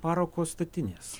parako statinės